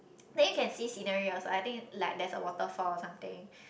then you can see scenery also I think like there's a waterfall or something